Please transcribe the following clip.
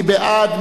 מי בעד?